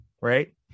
right